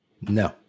No